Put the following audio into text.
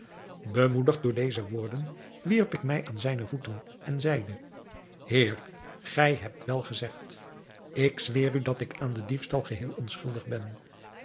bemoedigd door deze woorden wierp ik mij aan zijne voeten en zeide heer gij hebt wel gezegd ik zweer u dat ik aan den diefstal geheel onschuldig ben